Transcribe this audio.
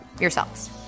yourselves